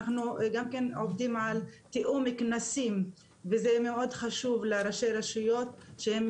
אנחנו גם כן עובדים על תיאום כנסים וזה מאוד חשוב לראשי הרשויות שהם